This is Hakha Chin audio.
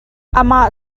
amah